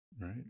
right